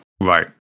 Right